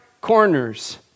corners